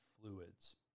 fluids